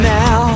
now